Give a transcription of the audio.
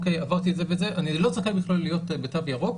אוקי עברתי את זה ואת זה אני לא זכאי בכלל להיות בתו ירוק,